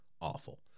awful